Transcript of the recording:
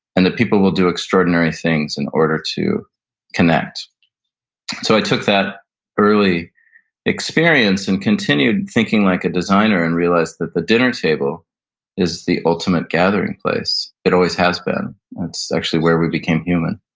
and that people will do extraordinary things in order to connect so, i took that early experience and continued thinking like a designer and realized that the dinner table is the ultimate gathering place. it always has been. and it's actually where we became human.